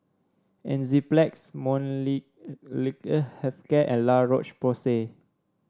Enzyplex Health Care and La Roche Porsay